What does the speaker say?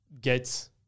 get